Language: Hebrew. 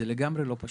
זה לגמרי לא פשוט.